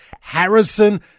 harrison